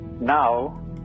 now